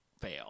fail